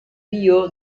bio